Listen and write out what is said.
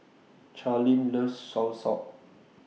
Charleen loves Soursop